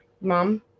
mom